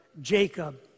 Jacob